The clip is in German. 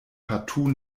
partout